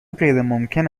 غیرممکن